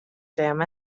damn